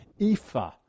ephah